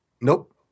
nope